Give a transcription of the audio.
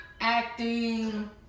acting